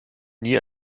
nie